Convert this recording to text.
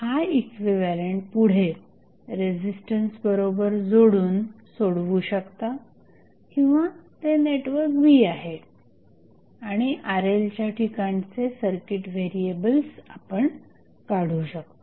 हा इक्विव्हॅलंट पुढे रेझिस्टन्स बरोबर जोडून सोडवू शकता किंवा ते नेटवर्क B आहे आणि RLच्या ठिकाणचे सर्किट व्हेरिएबल्स आपण काढू शकता